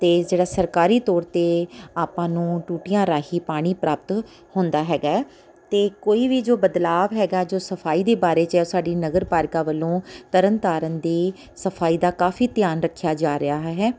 ਅਤੇ ਜਿਹੜਾ ਸਰਕਾਰੀ ਤੌਰ 'ਤੇ ਆਪਾਂ ਨੂੰ ਟੂਟੀਆਂ ਰਾਹੀਂ ਪਾਣੀ ਪ੍ਰਾਪਤ ਹੁੰਦਾ ਹੈਗਾ ਹੈ ਅਤੇ ਕੋਈ ਵੀ ਜੋ ਬਦਲਾਵ ਹੈਗਾ ਜੋ ਸਫ਼ਾਈ ਦੇ ਬਾਰੇ 'ਚ ਸਾਡੀ ਨਗਰਪਾਲਿਕਾ ਵੱਲੋਂ ਤਰਨਤਾਰਨ ਦੀ ਸਫ਼ਾਈ ਦਾ ਕਾਫ਼ੀ ਧਿਆਨ ਰੱਖਿਆ ਜਾ ਰਿਹਾ ਹੈ